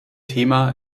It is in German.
thema